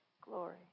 glory